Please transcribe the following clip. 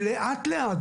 ולאט לאט,